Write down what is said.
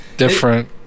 different